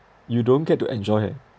you don't get to enjoy eh